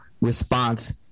response